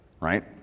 right